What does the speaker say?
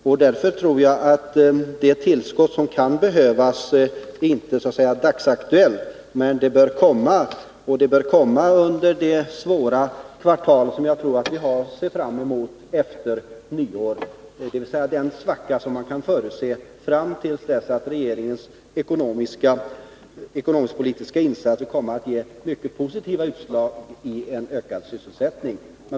Det är därför inte aktuellt för dagen med något medelstillskott, men det bör komma under det svåra kvartal som jag tror väntar oss efter nyår, dvs. i den svacka som man kan förutse uppstår fram till dess att regeringens ekonomiskpolitiska insatser ger tillräckligt positiva utslag i en ökad sysselsättning.